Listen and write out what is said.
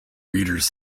readers